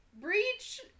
Breach